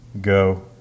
Go